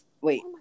Wait